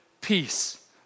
peace